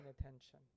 attention